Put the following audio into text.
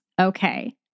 okay